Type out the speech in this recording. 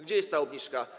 Gdzie jest ta obniżka?